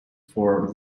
for